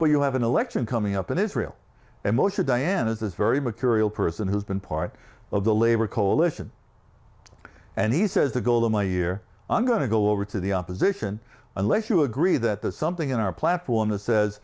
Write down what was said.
but you have an election coming up in israel and moshe diane is this very material person who's been part of the labor coalition and he says the goal of my year i'm going to go over to the opposition unless you agree that there's something in our platform that says